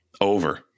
Over